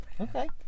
Okay